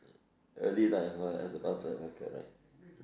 early lah as a bus as a bus driver correct